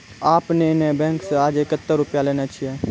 आपने ने बैंक से आजे कतो रुपिया लेने छियि?